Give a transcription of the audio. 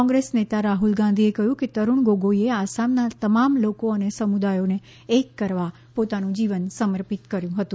કોંગ્રેસ નેતા રાહ્લ ગાંધીએ કહ્યું કે તરૂણ ગોગોઈએ આસામના તમામ લોકો અને સમુદાયોને એક કરવા પોતાનું જીવન સમર્પિત કર્યું હતું